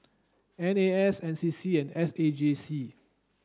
N A S N C C and S A J C